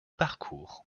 parcours